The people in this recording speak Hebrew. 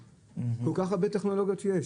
כל כך הרבה טכנולוגיות יש,